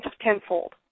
tenfold